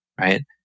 right